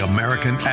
American